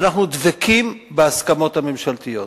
ואנחנו דבקים בהסכמות הממשלתיות.